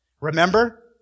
Remember